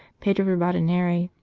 pedro ribadaneira,